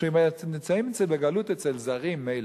כשנמצאים בגלות אצל זרים, מילא.